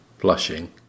blushing